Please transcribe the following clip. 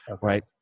right